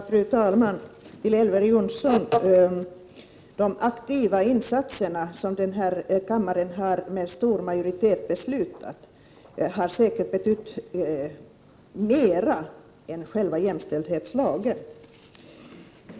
Fru talman! Till Elver Jonsson vill jag säga att de aktiva insatser som kammaren med stor majoritet har beslutat om säkert har betytt mera än själva jämställdhetslagen.